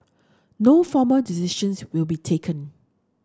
no formal decisions will be taken